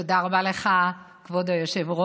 תודה רבה לך, כבוד היושב-ראש.